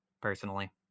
personally